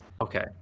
okay